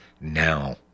now